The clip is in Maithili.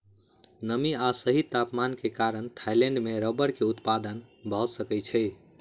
नमी आ सही तापमान के कारण थाईलैंड में रबड़ के उत्पादन भअ सकै छै